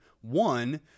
one